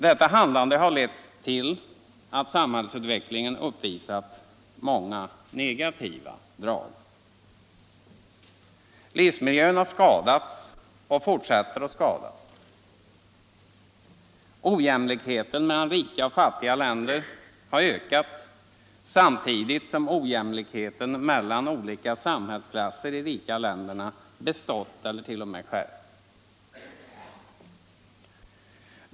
Detta handlande har lett till att samhällsutvecklingen uppvisar många negativa drag. Livsmiljön har skadats och fortsätter att skadas. Ojämlikheten mellan rika och fattiga länder har ökat samtidigt som ojämlikheten mellan olika samhällsklasser i de rika länderna bestått eller t.o.m. skärpts.